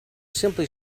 simply